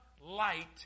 light